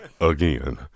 again